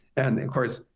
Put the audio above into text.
and, of course,